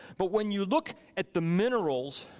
but when you look at the minerals